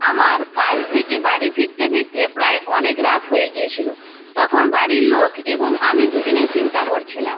আমার কাজ থেকে বাড়ি ফিরতে ফিরতে প্রায় অনেক রাত হয়ে গিয়েছিলো তখন বাড়ির লোক এবং আমি দুজনেই চিন্তা করছিলাম